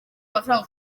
amafaranga